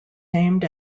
named